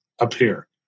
appear